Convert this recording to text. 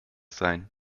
sein